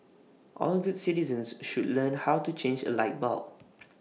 all good citizens should learn how to change A light bulb